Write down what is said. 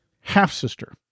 half-sister